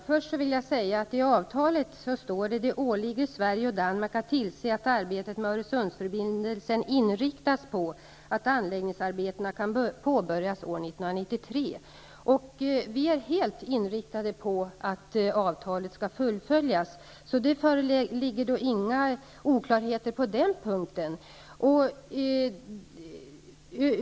Fru talman! I avtalet står att det åligger Sverige och Danmark att tillse att arbetet med Öresundsförbindelsen inriktas på att anläggningsarbetena kan påbörjas år 1993. Vi är helt inriktade på att avtalet skall fullföljas. Det föreligger inga oklarheter på denna punkt.